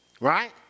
Right